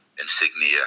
Insignia